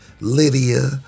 Lydia